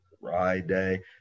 Friday